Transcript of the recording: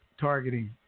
Targeting